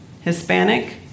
Hispanic